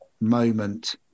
moment